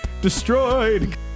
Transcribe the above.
destroyed